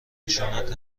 خشونت